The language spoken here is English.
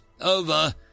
Over